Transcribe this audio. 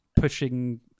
pushing